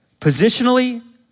Positionally